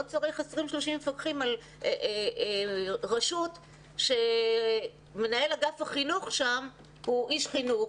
לא צריך 30-20 מפקחים על רשות שמנהל אגף החינוך בה הוא איש חינוך,